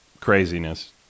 craziness